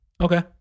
Okay